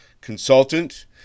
consultant